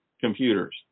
computers